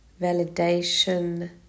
validation